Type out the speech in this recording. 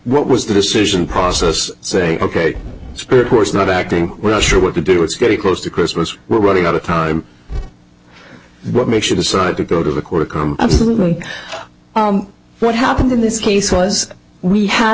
what was the decision process say ok spirit course not acting well sure what to do it's getting close to christmas we're running out of time what makes you decide to go to the court of absolutely what happened in this case was we had